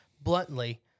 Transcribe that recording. bluntly